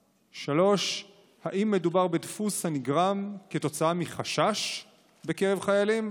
3. האם מדובר בדפוס הנגרם כתוצאה מחשש בקרב החיילים?